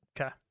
okay